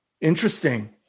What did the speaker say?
Interesting